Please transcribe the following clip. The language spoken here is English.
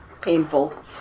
painful